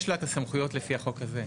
יש לה את הסמכויות לפי החוק הזה.